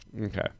Okay